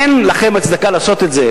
אין לכם הצדקה לעשות את זה,